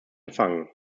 gefangen